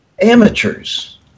amateurs